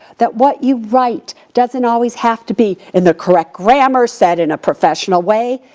that what you write doesn't always have to be in the correct grammar, said in a professional way.